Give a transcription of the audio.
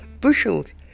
bushels